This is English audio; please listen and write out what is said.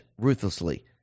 ruthlessly